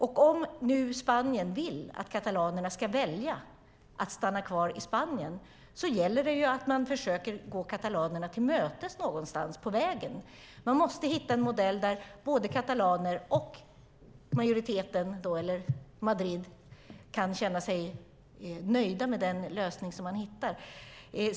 Om nu Spanien vill att katalanerna ska välja att stanna kvar i Spanien gäller det att man försöker gå katalanerna till mötes någonstans på vägen. Man måste hitta en modell där både katalaner och majoriteten eller Madrid kan känna sig nöjda med den lösning som man hittar.